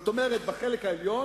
כלומר בחלק העליון,